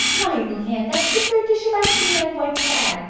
my land! that's the third dish of ice-cream ed white's had!